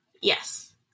Yes